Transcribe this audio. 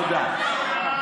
תודה.